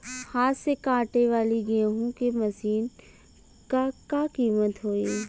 हाथ से कांटेवाली गेहूँ के मशीन क का कीमत होई?